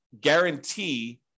guarantee